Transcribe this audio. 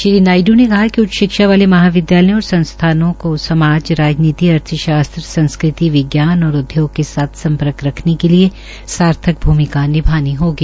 श्री नायड् ने कहा कि उच्च शिक्षा वाले महाविदयालयों और संस्थानों को समाज राजनीति अर्थशास्त्र सांस्कृति विज्ञान और उद्योग के साथ सम्पर्क रखने के लिये सार्थक भूमिका निभानी होगी